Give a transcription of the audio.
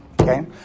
Okay